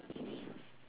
no